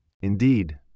Indeed